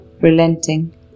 relenting